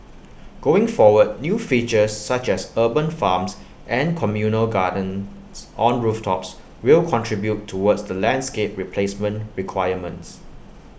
going forward new features such as urban farms and communal gardens on rooftops will contribute towards the landscape replacement requirements